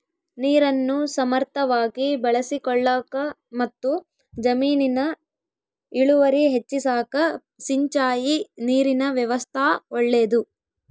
ನೀರನ್ನು ಸಮರ್ಥವಾಗಿ ಬಳಸಿಕೊಳ್ಳಾಕಮತ್ತು ಜಮೀನಿನ ಇಳುವರಿ ಹೆಚ್ಚಿಸಾಕ ಸಿಂಚಾಯಿ ನೀರಿನ ವ್ಯವಸ್ಥಾ ಒಳ್ಳೇದು